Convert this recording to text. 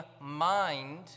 mind